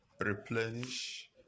replenish